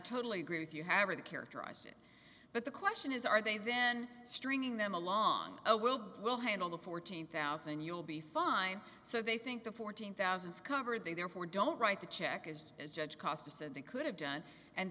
totally agree with you have are the characterized it but the question is are they then stringing them along oh we'll we'll handle the fourteen thousand you'll be fine so they think the fourteen thousand covered they therefore don't write the check is as judge cost to said they could have done and